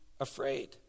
afraid